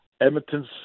Edmonton's